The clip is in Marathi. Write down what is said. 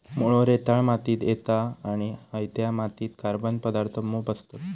मुळो रेताळ मातीत येता आणि हयत्या मातीत कार्बन पदार्थ मोप असतत